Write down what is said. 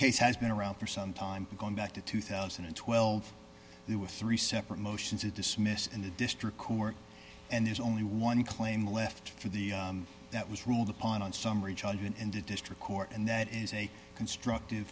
case has been around for some time going back to two thousand and twelve there were three separate motions to dismiss in the district court and there's only one claim left for the that was ruled upon summary judgment in the district court and that is a constructive